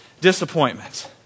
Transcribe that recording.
Disappointment